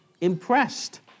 impressed